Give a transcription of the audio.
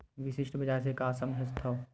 विशिष्ट बजार से का समझथव?